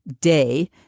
day